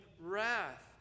wrath